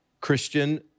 Christian